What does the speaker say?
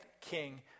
king